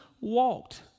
walked